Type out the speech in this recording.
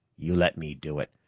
you let me do it,